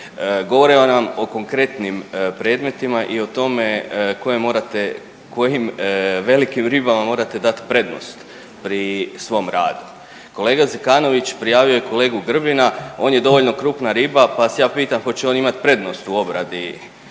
Govore nam o konkretnim predmetima i o tome koje morate, kojim velikim ribama morate dati prednost pri svom radu. Kolega Zekanović prijavio je kolegu Grbina, on je dovoljno krupna riba pa vas ja pitam hoće on imati prednost u obradi